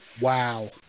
Wow